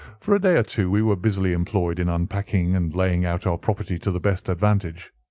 for a day or two we were busily employed in unpacking and laying out our property to the best advantage.